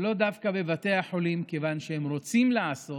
ולא דווקא בבתי החולים, כיוון שהם רוצים לעשות